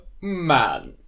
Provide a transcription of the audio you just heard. man